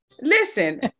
listen